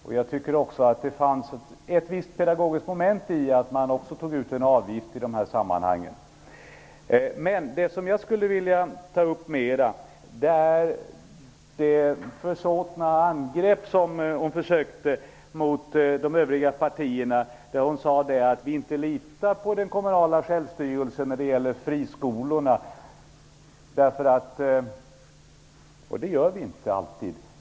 Jag sade också att jag tycker att det finns ett visst pedagogiskt moment i att ta ut en avgift. Det som jag skulle vilja diskutera litet närmare är hennes försåtliga angrepp mot övriga partier. Hon sade att vi inte litar på den kommunala självstyrelsen när det gäller friskolorna. Det gör vi inte alltid.